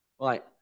right